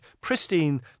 pristine